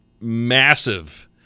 massive